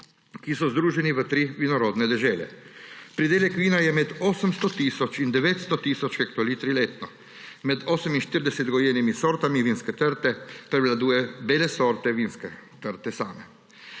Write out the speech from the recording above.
ki so združeni v tri vinorodne dežele. Pridelek vina je med 800 tisoč in 900 tisoč hektolitri letno. Med 48 gojenimi sortami vinske trte prevladujejo bele sorte vinske trte same.